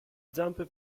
zampe